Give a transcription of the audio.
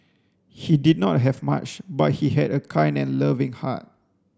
he did not have much but he had a kind and loving heart